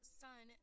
son